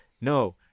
No